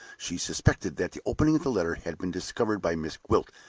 she suspected that the opening of the letter had been discovered by miss gwilt,